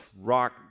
rock